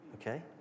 Okay